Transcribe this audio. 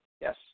Yes